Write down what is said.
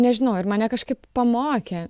nežinau ir mane kažkaip pamokė